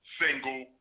single